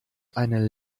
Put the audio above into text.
eine